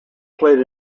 played